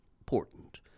important